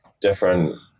different